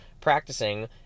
practicing